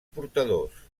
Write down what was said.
portadors